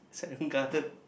Serangoon-Garden